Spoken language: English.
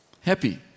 Happy